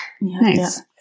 Nice